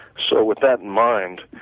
so, with that mind,